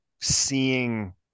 seeing